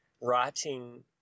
writing